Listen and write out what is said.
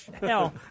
hell